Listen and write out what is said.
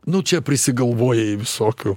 nu čia prisigalvojai visokių